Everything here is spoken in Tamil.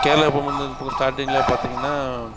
கேரளாவுக்கு போகும் போது இந்த பக்கம் ஸ்டார்டிங்கில் பார்த்தீங்கன்னா